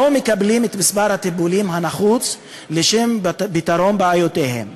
מקבלים את מספר הטיפולים הנחוץ לשם פתרון בעיותיהם,